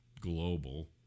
global